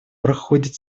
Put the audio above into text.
проходит